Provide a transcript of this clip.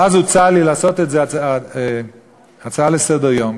ואז הוצע לי לעשות את זה הצעה לסדר-היום,